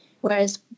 Whereas